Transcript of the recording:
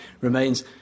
remains